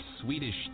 Swedish